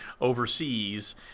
overseas